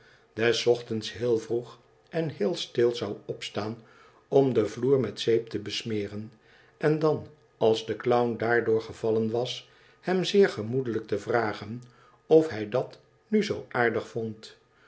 des ochtends heel vroeg en heel stil zou opstaan om den vloer met zeep te besmoren en dan als de clown daardoor gevallen was hem zeer gemoedelijk te vragen of hij dat nu zoo aardig vond